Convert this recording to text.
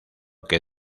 que